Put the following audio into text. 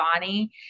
Bonnie